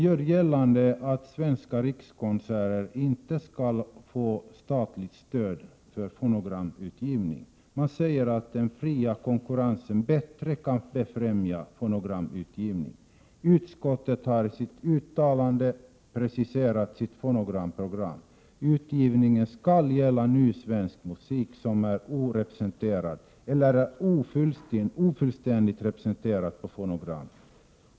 Man talar för att Svenska rikskonserter inte skall få statligt stöd för fonogramutgivning. Man säger att den fria konkurrensen bättre främjar fonogramutgivningen. Utskottet har i sin skrivning preciserat sitt fonogramprogram. Utgivningen skall gälla ny svensk musik som är orepresenterad eller ofullständigt representerad på fonogram.